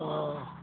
অঁ